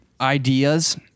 ideas